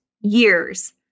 years